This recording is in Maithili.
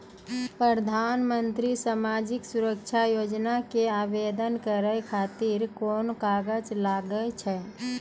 प्रधानमंत्री समाजिक सुरक्षा योजना के आवेदन करै खातिर कोन कागज लागै छै?